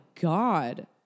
God